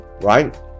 right